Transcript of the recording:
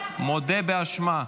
מודה באשמה.